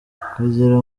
kugira